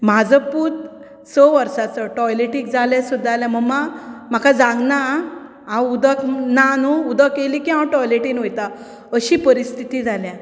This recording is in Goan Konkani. म्हाजो पूत स वर्साचो टॉयलेटीक जाले सुद्दा जाल्यार मम्मा म्हाका जावंक ना आं हांव उदक ना नू उदक येयली की हांव टॉयलेटीन वयतां अशीं परीस्थीती जाल्यां